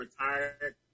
retired